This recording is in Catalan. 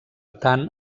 tant